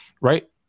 right